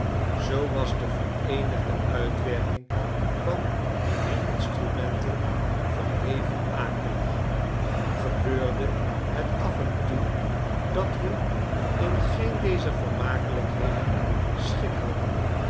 zoo was de vereenigde uitwerking van die drie instrumenten verheven akelig gebeurde het af en toe dat we in geen dezer vermakelijkheden schik hadden